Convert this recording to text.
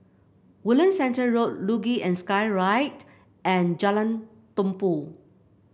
Woodlands Centre Road Luge and Skyride and Jalan Tumpu